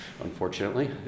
unfortunately